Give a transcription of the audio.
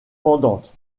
pendantes